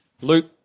Luke